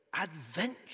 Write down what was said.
adventure